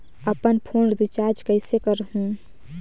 अपन phone recharge कइसे करहु?